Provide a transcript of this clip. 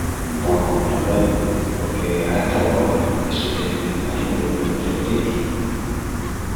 Pos l’almuezu porque ara está de moa essu del ayunu entremitenti.